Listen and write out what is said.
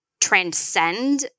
transcend